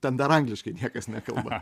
ten dar angliškai niekas nekalba